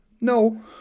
No